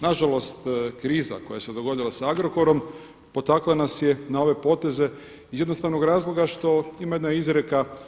Na žalost kriza koja se dogodila sa Agrokorom potakla nas je na ove poteze iz jednostavnog razloga što ima jedna izreka.